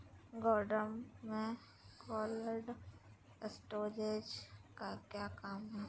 गोडम में cold storage का क्या काम है?